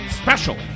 Special